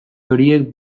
horiek